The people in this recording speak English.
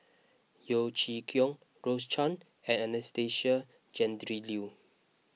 Yeo Chee Kiong Rose Chan and Anastasia Tjendri Liew